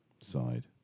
side